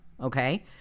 okay